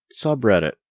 subreddit